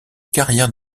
carrière